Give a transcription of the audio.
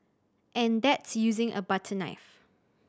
and that's using a butter knife